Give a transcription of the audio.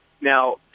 Now